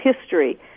history